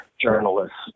journalists